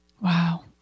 Wow